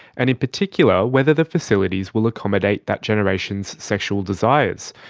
and in particular whether the facilities will accommodate that generation's sexual desires.